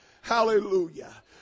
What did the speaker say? Hallelujah